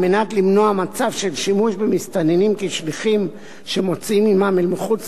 על מנת למנוע מצב של שימוש במסתננים כשליחים שמוציאים עמם אל מחוץ